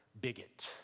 bigot